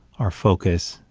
our focus,